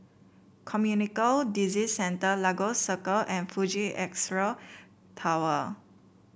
Disease Centre Lagos Circle and Fuji Xerox Tower